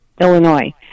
Illinois